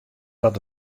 dat